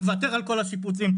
מוותר על כל השיפוצים,